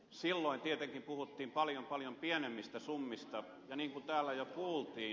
silloin tietenkin puhuttiin paljon paljon pienemmistä summista ja niin kuin täällä jo kuultiin